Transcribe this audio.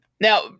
Now